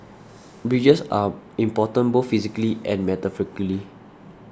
bridges are important both physically and metaphorically